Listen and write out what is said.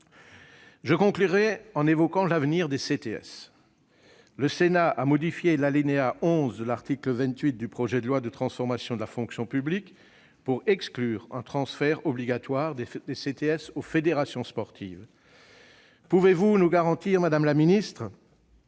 Je conclurai en évoquant l'avenir des CTS. Le Sénat a modifié l'alinéa 11 de l'article 28 du projet de loi de transformation de la fonction publique pour exclure un transfert obligatoire des CTS aux fédérations sportives. Pouvez-vous nous garantir, madame la ministre,